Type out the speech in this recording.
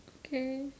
okay